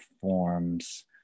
forms